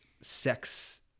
sex